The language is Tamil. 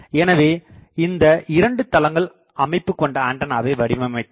எனவே இந்த இரண்டு தளங்கள் அமைப்பு கொண்ட ஆண்டனாவை வடிவமைத்தனர்